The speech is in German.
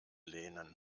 lehnen